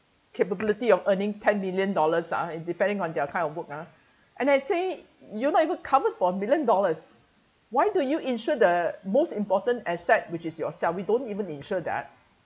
capability of earning ten million dollars ah depending on their kind of work ah and I say you not even covered for a million dollars why do you insure the most important asset which is yourself we don't even insure that